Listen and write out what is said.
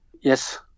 Yes